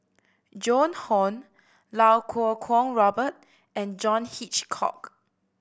Joan Hon Iau Kuo Kwong Robert and John Hitchcock